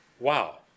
Wow